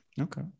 Okay